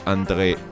André